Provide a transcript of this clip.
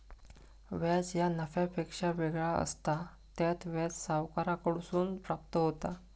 व्याज ह्या नफ्यापेक्षा वेगळा असता, त्यात व्याज सावकाराकडसून प्राप्त होता